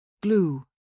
Glue